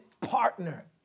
partner